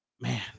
Man